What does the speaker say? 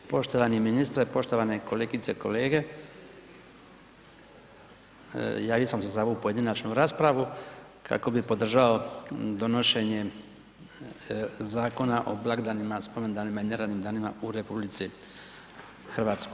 Poštovani ministre, poštovane kolegice i kolege, javio sam se za ovu pojedinačnu raspravu kako bih podržao donošenje Zakona o blagdanima, spomendanima i neradnim danima u RH.